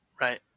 right